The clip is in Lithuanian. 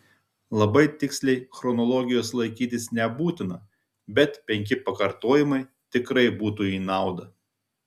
labai tiksliai chronologijos laikytis nebūtina bet penki pakartojimai tikrai būtų į naudą